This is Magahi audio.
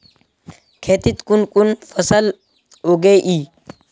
खेतीत कुन कुन फसल उगेई?